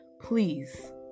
Please